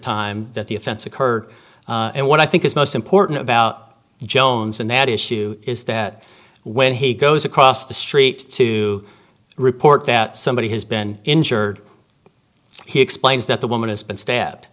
time that the offense occur and what i think is most important about jones and that issue is that when he goes across the street to report that somebody has been injured he explains that the woman has been sta